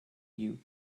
you